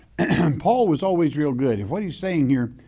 and paul was always real good. what he's saying here.